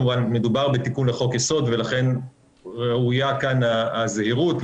מדובר בתיקון לחוק יסוד ולכן ראויה כאן הזהירות.